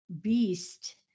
beast